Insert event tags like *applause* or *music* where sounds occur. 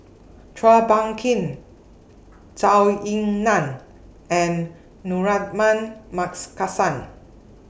Chua Phung Kim Zhou Ying NAN and *unintelligible* Man Marks *unintelligible*